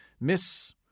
miss